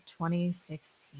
2016